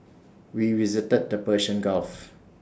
we visited the Persian gulf